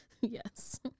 Yes